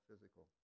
physical